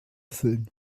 füllen